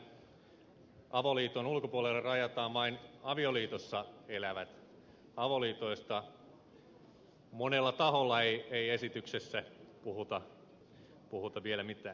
esityksessähän avoliiton ulkopuolelle rajataan vain avioliitossa elävät avoliitoista monella taholla ei esityksessä puhuta vielä mitään